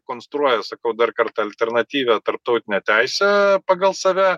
konstruoja sakau dar kartą alternatyvią tarptautinę teisę pagal save